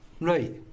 Right